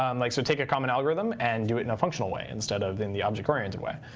um like so take a common algorithm and do it in a functional way instead of the and the object oriented way.